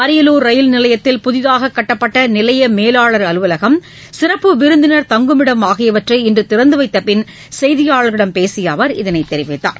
Ariyalur rail நிலையத்தில் புதிதாக கட்டப்பட்ட நிலைய மேலாளர் அலுவலகம் சிறப்பு விருந்தினர் தங்குமிடம் ஆகியவற்றை இன்று திறந்துவைத்தப்பின் செய்தியாளர்களிடம் பேசிய அவர் இதனை தெரிவித்தார்